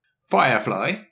Firefly